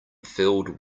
filled